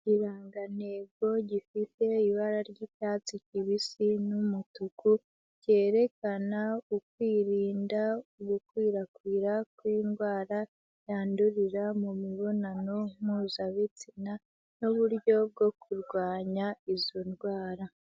Ikirangantego gifite ibara ry'icyatsi kibisi n'umutuku, cyerekana ukwirinda gukwirakwira kw'indwara yandurira mu mibonano mpuzabitsina n'uburyo bwo kurwanya izo ndwara.